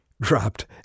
dropped